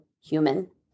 human